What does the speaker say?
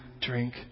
drink